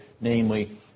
namely